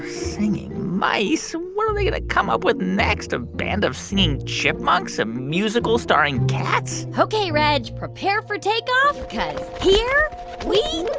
singing mice? what are they going to come up with next a band of singing chipmunks, a musical starring cats? ok, reg. prepare for takeoff cause here we